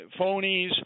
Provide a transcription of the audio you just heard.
phonies